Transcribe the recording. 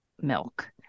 milk